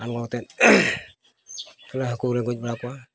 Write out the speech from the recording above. ᱟᱬᱜᱳ ᱠᱟᱛᱮᱫ ᱟᱞᱮ ᱦᱟᱹᱠᱩ ᱠᱚᱞᱮ ᱜᱚᱡ ᱵᱟᱲᱟ ᱠᱚᱣᱟ